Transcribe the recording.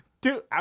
dude